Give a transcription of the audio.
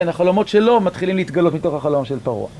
החלומות שלו מתחילים להתגלות מתוך החלום של פרעה